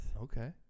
Okay